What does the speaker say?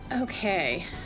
okay